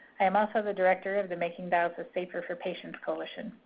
i am also the director of the making dialysis safer for patients coalition.